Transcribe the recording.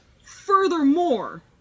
furthermore